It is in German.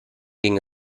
ging